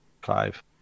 five